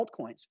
altcoins